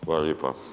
Hvala lijepa.